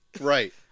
Right